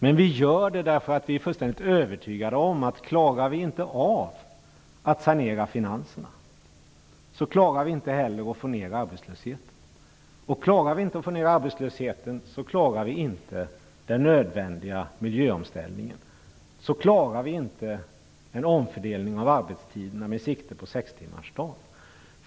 Men vi gör det därför att vi är fullständigt övertygade om att klarar vi inte av att sanera finanserna, så klarar vi inte heller att få ner arbetslösheten. Klarar vi inte att få ner arbetslösheten, klarar vi inte den nödvändiga miljöomställningen och inte heller en omfördelning av arbetstiden med sikte på sextimmarsdagen.